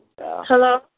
Hello